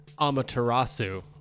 Amaterasu